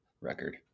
record